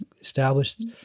established